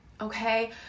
okay